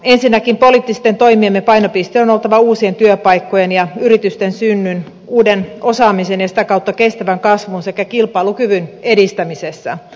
ensinnäkin poliittisten toimiemme painopisteen on oltava uusien työpaikkojen ja yritysten synnyn uuden osaamisen ja sitä kautta kestävän kasvun sekä kilpailukyvyn edistämisessä